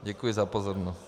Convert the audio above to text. Děkuji za pozornost.